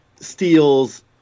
steals